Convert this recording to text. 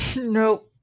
No